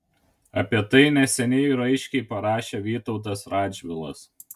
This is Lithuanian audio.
apie tai neseniai raiškiai parašė vytautas radžvilas